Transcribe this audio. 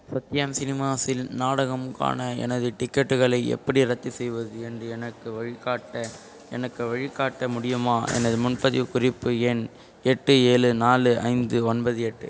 சத்யம் cinemas இல் நாடகம்க்கான எனது டிக்கெட்டுகளை எப்படி ரத்து செய்வது என்று எனக்கு வழிக்காட்ட எனக்கு வழிகாட்ட முடியுமா எனது முன்பதிவு குறிப்பு எண் எட்டு ஏழு நாலு ஐந்து ஒன்பது எட்டு